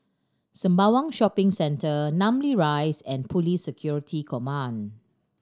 Sembawang Shopping Centre Namly Rise and Police Security Command